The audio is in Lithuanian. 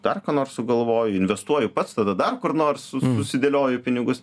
dar ką nors sugalvoju investuoju pats tada dar kur nors susidėlioju pinigus